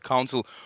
Council